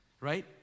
right